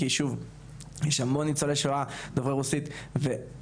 כי שוב יש המון ניצולי שואה דוברי רוסית ולצערי